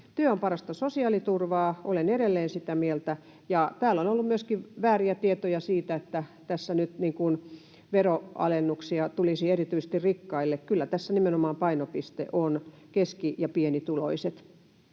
Työ on parasta sosiaaliturvaa, olen edelleen sitä mieltä, ja täällä on ollut myöskin vääriä tietoja siitä, että nyt veroalennuksia tulisi erityisesti rikkaille. Kyllä tässä nimenomaan painopiste on keski- ja pienituloiset.